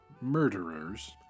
murderers